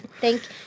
Thank